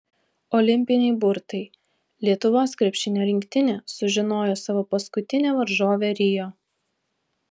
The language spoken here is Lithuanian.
olimpiniai burtai lietuvos krepšinio rinktinė sužinojo savo paskutinę varžovę rio